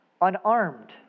unarmed